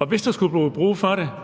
Og hvis der skulle blive brug for det